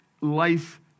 life